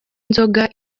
inzoga